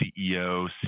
CEO